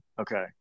Okay